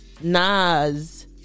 Nas